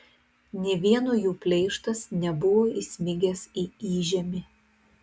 nė vieno jų pleištas nebuvo įsmigęs į įžemį